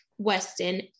Weston